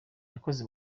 yakoze